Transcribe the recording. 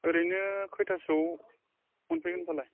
ओरैनो खयथासोआव मोनफैगोनफालाय